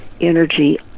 energy